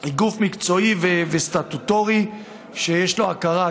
היא גוף מקצועי וסטטוטורי שיש לו הכרה,